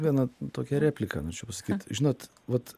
vieną tokią repliką norėčiau pasakyt žinot vat